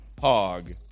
hog